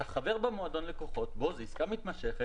אתה חבר במועדון לקוחות שבו זו עסקה מתמשכת.